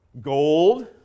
Gold